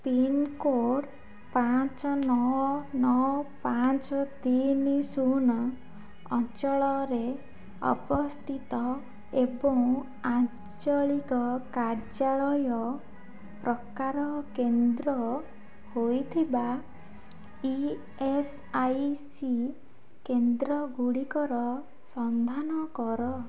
pin code ପାଞ୍ଚ ନଅ ନଅ ପାଞ୍ଚ ତିନି ଶୂନ ଅଞ୍ଚଳ ରେ ଅବସ୍ଥିତ ଅବଂ ଆଞ୍ଚଳିକ କାଯ୍ୟାଳୟ ପ୍ରକାର କେନ୍ଦ୍ର ହୋଇଥିବା ଇ ଏସ୍ ଆଇ ସି କେନ୍ଦ୍ର ଗୁଡ଼ିକର ସନ୍ଧାନ କର